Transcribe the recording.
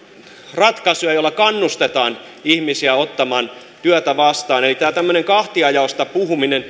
ratkaisuja joilla kannustetaan ihmisiä ottamaan työtä vastaan tämmöinen kahtiajaosta puhuminen